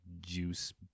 juice